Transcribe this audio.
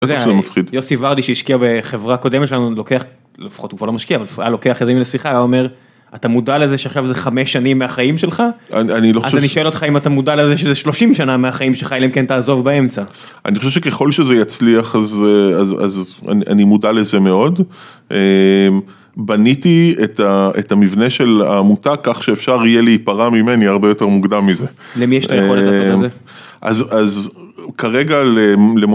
יוסי ורדי שהשקיע בחברה קודמת שלנו, לוקח, לפחות הוא כבר לא משקיע, אבל הוא היה לוקח איזה מיליון שיחה, הוא אומר, אתה מודע לזה שעכשיו זה חמש שנים מהחיים שלך? אז אני שואל אותך אם אתה מודע לזה שזה 30 שנה מהחיים שלך, אלא אם כן תעזוב באמצע. אני חושב שככל שזה יצליח, אז אני מודע לזה מאוד. בניתי את המבנה של העמותה כך שאפשר יהיה להיפרה ממני הרבה יותר מוקדם מזה. למי יש את היכולת לעשות את זה? אז אז כרגע ל..